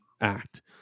act